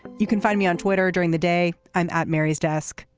you can find me on twitter during the day i'm at maria's desk.